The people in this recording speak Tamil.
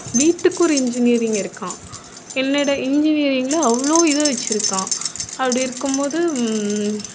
வீட்டுக்கு ஒரு இன்ஜினியரிங் இருக்கான் என்னடா இன்ஜினியரிங்கில் அவ்வளோ இது வச்சுருக்கான் அப்படி இருக்கும் போது